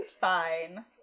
Fine